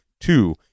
two